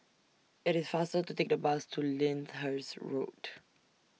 IT IS faster to Take The Bus to Lyndhurst Road